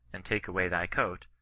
and take away thy coat,